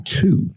two